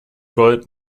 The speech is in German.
gold